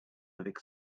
avec